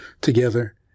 together